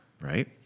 right